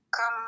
come